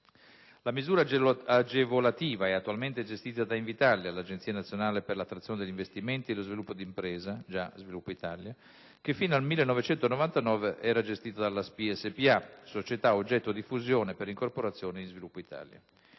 La misura agevolativa è attualmente gestita da Invitalia, l'Agenzia nazionale per l'attrazione degli investimenti e lo sviluppo d'impresa SpA (già Sviluppo Italia), ma fino al 1999 era gestita dalla SPI SpA, società oggetto di fusione per incorporazione in Sviluppo Italia.